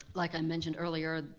like i mentioned earlier,